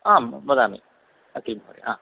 आं वदामि अति